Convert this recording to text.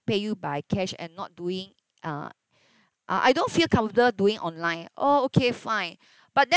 pay you by cash and not doing uh uh I don't feel comfortable doing online oh okay fine but then